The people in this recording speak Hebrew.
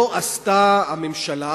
לא עשתה הממשלה,